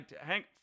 Hank